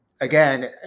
again